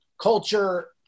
culture